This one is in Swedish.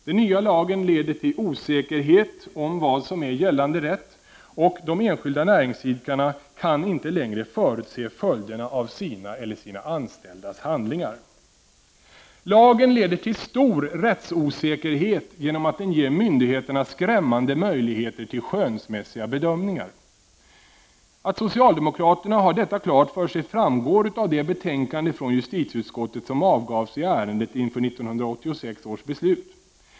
Den nya lagen leder till osäkerhet om vad som är gällande rätt, och de enskilda näringsidkarna kan inte längre förutse följderna av sina eller sina anställdas handlingar. Lagen leder till stor rättsosäkerhet genom att den ger myndigheterna skrämmande möjligheter till skönsmässiga bedömningar. Att socialdemokraterna har detta klart för sig framgår av det betänkande från justitieutskottet som avgavs i ärendet inför 1986 års beslut.